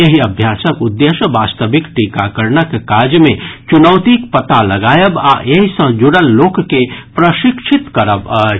एहि अभ्यासक उद्देश्य वास्तविक टीकाकरणक काज मे चुनौतीक पता लगायब आ एहि सँ जुड़ल लोक के प्रशिक्षित करब अछि